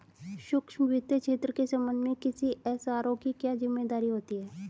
सूक्ष्म वित्त क्षेत्र के संबंध में किसी एस.आर.ओ की क्या जिम्मेदारी होती है?